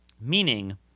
meaning